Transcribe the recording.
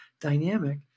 dynamic